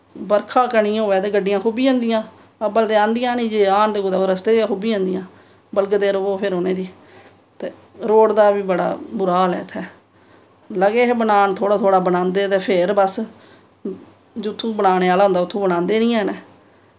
बरखा कनी होऐ ते गड्डियां खु'ब्बी जंदियां अव्वल ते आंदियां निं आन ते ओह् कुदै रस्ते ई खु'ब्बी जंदियां बलगदे र'वो फिर उ'नेंगी ते रोड दा बी बड़ा बुरा हाल ऐ इत्थें लगे हे बनान थोह्ड़ा थोह्ड़ा बनांदे ते फिर बस जि'त्थूं बनाने आह्ला होंदा उत्थुं बनांदे निं हैन